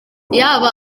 yaba